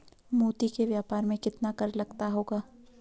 मोती के व्यापार में कितना कर लगता होगा?